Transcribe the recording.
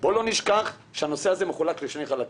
בוא לא נשכח שהנושא הזה מחולק לשני חלקים: